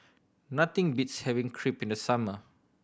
nothing beats having Crepe in the summer